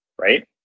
right